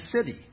city